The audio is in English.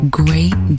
great